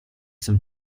some